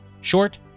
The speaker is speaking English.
short